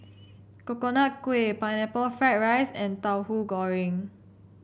Coconut Kuih Pineapple Fried Rice and Tauhu Goreng